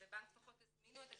בבנק טפחות הזמינו את התיק,